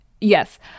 yes